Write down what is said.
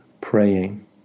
praying